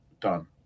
done